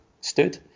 stood